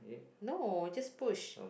no just push